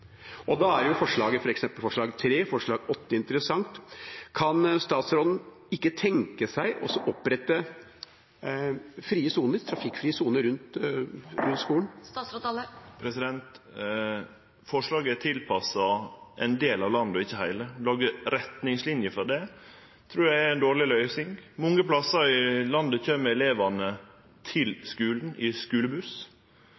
skolen. Da er f.eks. forslagene nr. 3 og 8 interessante. Kan ikke statsråden tenke seg å opprette trafikkfrie soner rundt skolene? Forslaga er tilpassa ein del av landet og ikkje heile. Å lage retningslinjer for det trur eg er ei dårleg løysing. Mange plassar i landet kjem elevane